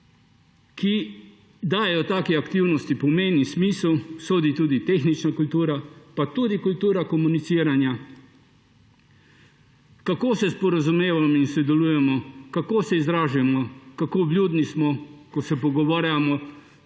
ki dajejo taki aktivnosti pomen in smisel, sodi tudi tehnična kultura, pa tudi kultura komuniciranja, kako se sporazumevamo in sodelujemo, kako se izražamo, kako vljudni smo, ko se pogovarjamo